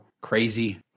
crazy